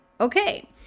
Okay